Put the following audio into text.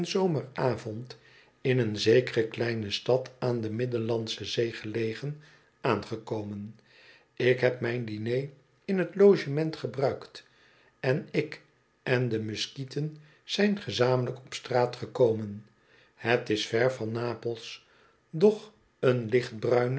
zomeravond in een zekere kleine stad aan de middel landsche zee gelegen aangekomen ik heb mijn diner in t logement gebruikt en ik en de muskieten zijn gezamenlijk op straat gekomen het is ver van napels doch een